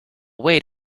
wait